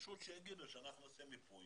שאנחנו נהיה במפה.